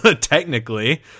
technically